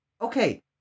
okay